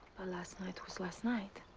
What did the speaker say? last night was last night.